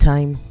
Time